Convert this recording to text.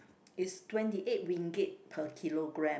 is twenty eight ringgit per kilogram